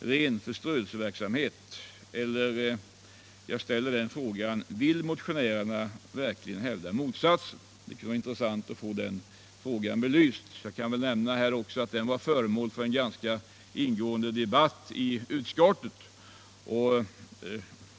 ren förströelseverksamhet — eller vill motionärerna verkligen hävda motsatsen? Det vore intressant att få den saken belyst. Jag kan nämna att just den frågan var föremål för en ganska ingående debatt i utskottet.